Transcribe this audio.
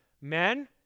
Men